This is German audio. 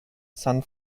san